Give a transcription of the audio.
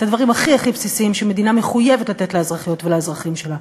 את הדברים הכי הכי בסיסיים שמדינה מחויבת לתת לאזרחיות ולאזרחים שלה.